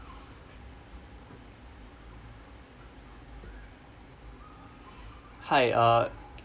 hi uh